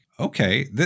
Okay